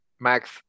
Max